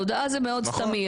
הודעה זה מאוד סתמי.